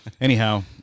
Anyhow